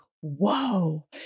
whoa